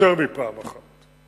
יותר מפעם אחת.